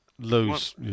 Lose